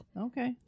Okay